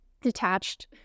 detached